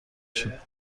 شدم